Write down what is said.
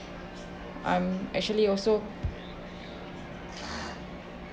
I'm actually also